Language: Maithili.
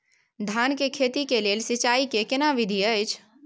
धान के खेती के लेल सिंचाई कैर केना विधी अछि?